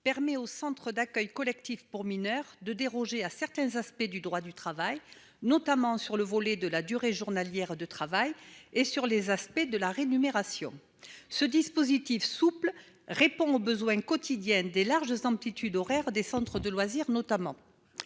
permet aux centres d'accueil collectif de mineurs de déroger à certains aspects du droit du travail, notamment sur le volet de la durée journalière de travail et sur la rémunération. Ce dispositif souple répond aux besoins quotidiens induits par les larges amplitudes horaires de ces centres, notamment